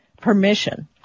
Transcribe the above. permission